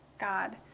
god